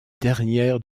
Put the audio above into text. dernière